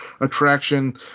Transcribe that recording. attraction